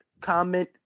comment